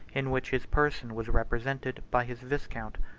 in which his person was represented by his viscount.